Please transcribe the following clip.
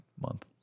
month